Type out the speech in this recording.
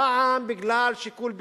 פעם בגלל שיקול ביטחוני,